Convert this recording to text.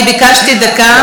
אני ביקשתי דקה,